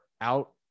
out